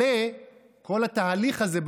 כל התהליך הזה,